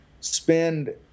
spend